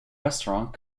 restaurant